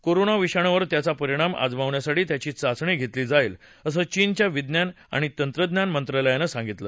corona विषाणूवर त्याचा परिणाम आजमावण्यासाठी त्याची चाचणी घेतली जाईल असं चीनच्या विज्ञान आणि तंत्रज्ञान मंत्रालयानं सांगितलं